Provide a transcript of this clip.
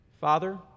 Father